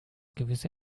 gewisse